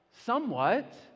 somewhat